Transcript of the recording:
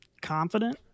confident